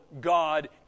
God